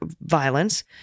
violence